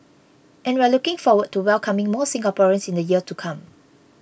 and we're looking forward to welcoming more Singaporeans in the years to come